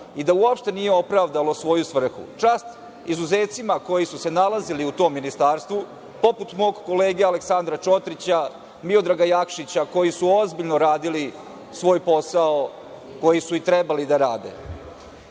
i da uopšte nije opravdalo svoju svrhu. Čast izuzecima, koji su se nalazili u tom ministarstvu, poput mog kolege Aleksandra Čotrića, Miodraga Jakšića, koji su ozbiljno radili svoj posao, koji su i trebali da